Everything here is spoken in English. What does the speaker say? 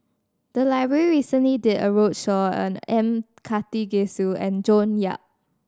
the library recently did a roadshow on M Karthigesu and June Yap